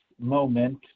moment